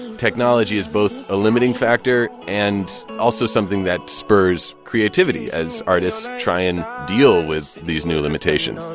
technology is both a limiting factor and also something that spurs creativity as artists try and deal with these new limitations